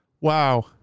Wow